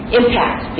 impact